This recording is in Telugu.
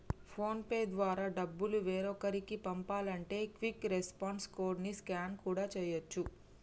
ఫోన్ పే ద్వారా డబ్బులు వేరొకరికి పంపాలంటే క్విక్ రెస్పాన్స్ కోడ్ ని స్కాన్ కూడా చేయచ్చు